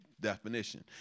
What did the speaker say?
definition